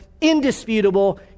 indisputable